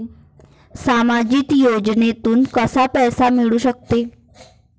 सामाजिक योजनेतून कसा पैसा मिळू सकतो?